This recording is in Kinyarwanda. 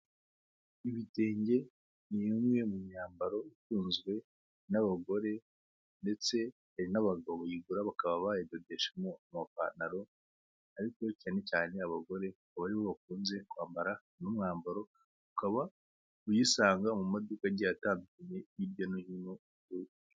Ibitenge ni bimwe mu myambaro ikunzwe n'abagore ndetse hari n'abagabo bayigura bakaba bayidodesha mu amapantaro, ariko cyane cyane abagore akaba aribo bakunze kwambara uno mwambaro, ukaba wayisanga mu maduka agiye atandukanye hirya no hino.